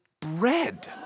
bread